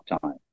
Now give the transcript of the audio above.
time